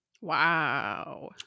Wow